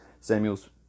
Samuels